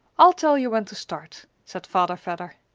i'll tell you when to start, said father vedder.